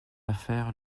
affaire